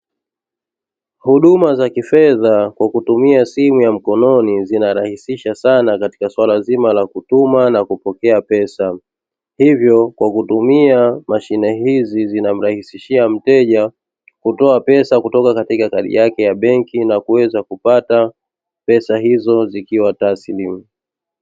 Huduma za kifedha kwa kutumia simu za mkononi zinarahisisha sana katika swala zima la kutuma na kupokea pesa, hivyo kwa kutumia mashine hizi zinamrahisishia mteja kutoa pesa kutoka katika kadi yake ya benki na kuweza kupata pesa hizo zikiwa taslimu.